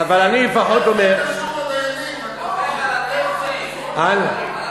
אבל אני לפחות אומר, איך זה קשור לדיינים?